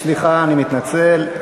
סליחה, אני מתנצל.